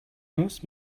most